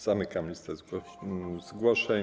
Zamykam listę zgłoszeń.